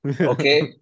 okay